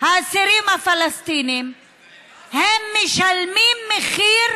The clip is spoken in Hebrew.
את הפלסטינים שיושבים תחת כיבוש,